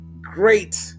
Great